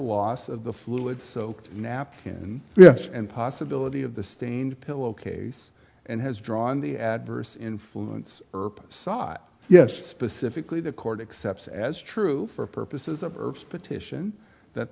loss of the fluid soaked napkin yes and possibility of the stained pillow case and has drawn the adverse influence sought yes specifically the court accept as true for purposes of herbs petition that